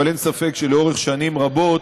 אבל אין ספק שלאורך שנים רבות